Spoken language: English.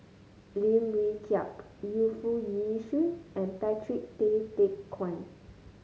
Lim Wee Kiak Yu Foo Yee Shoon and Patrick Tay Teck Guan